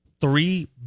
three